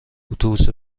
اتوبوس